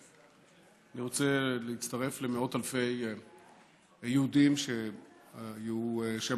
אני רוצה להצטרף למאות אלפי יהודים שהם